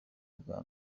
bwa